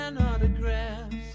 autographs